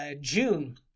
June